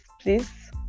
please